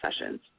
sessions